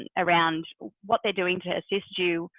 and around what they're doing to assist you,